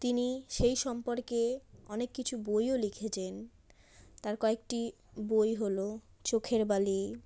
তিনি সেই সম্পর্কে অনেক কিছু বইও লিখেছেন তার কয়েকটি বই হলো চোখের বালি